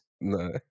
No